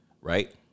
right